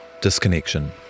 Disconnection